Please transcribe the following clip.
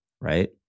right